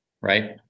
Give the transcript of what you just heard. Right